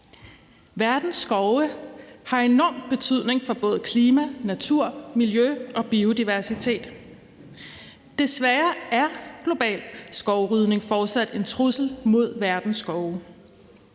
Verdens skove har enorm betydning for både klima, natur, miljø og biodiversitet. Desværre er global skovrydning fortsat en trussel mod verdens skove.